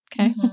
Okay